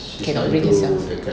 cannot bring herself